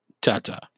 Ta-ta